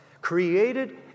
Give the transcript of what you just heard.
created